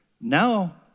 Now